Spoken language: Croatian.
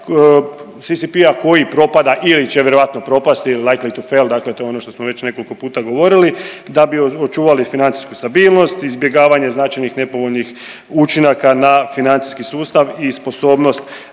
koji propada ili će vjerojatno propasti ili …/Govornik se ne razumije/… dakle to je ono što smo već nekoliko puta govorili, da bi očuvali financijsku stabilnost izbjegavanje značajnih nepovoljnih učinaka na financijski sustav i sposobnost